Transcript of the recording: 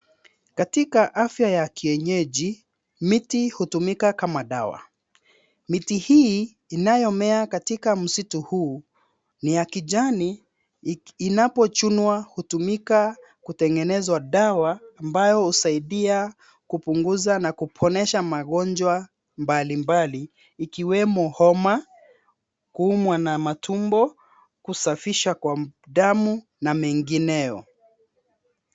Katika afya ya kienyeji, miti hutumika kama dawa. Miti hii inayomea katika msitu huu, ni ya kijani. Inapochunwa, hutumika kutengenezwa dawa ambayo husaidia kupunguza na kuponesha magonjwa mbalimbali ikiwemo homa, kuumwa na matumbo, kusafisha kwa damu, na mengineo